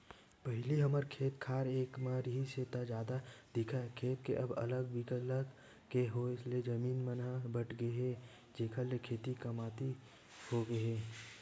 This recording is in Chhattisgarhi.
पहिली हमर खेत खार एके म रिहिस हे ता जादा दिखय खेत के अब अलग बिलग के होय ले जमीन मन ह बटगे हे जेखर ले खेती कमती होगे हे